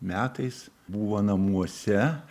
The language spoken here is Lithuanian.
metais buvo namuose